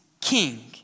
king